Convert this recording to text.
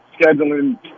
scheduling